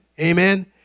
Amen